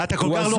אתה כל כך לא חכם.